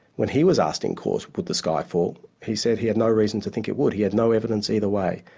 when he was asked in court would the sky fall, he said he had no reason to think it would, he had no evidence either way.